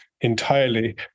entirely